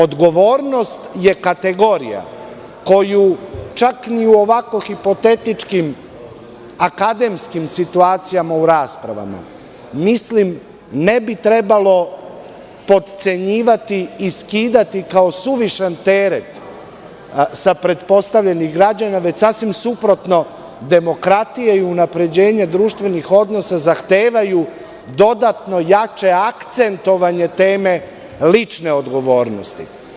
Odgovornost je kategorija koju, čak ni u ovako hipotetičkim, akademskim situacijama u raspravama, mislim, ne bi trebalo potcenjivati i skidati kao suvišan teret sa pretpostavljenih građana, već sasvim suprotno, demokratija i unapređenje društvenih odnosa zahtevaju dodatno jače akcentovanje teme lične odgovornosti.